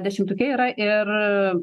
dešimtuke yra ir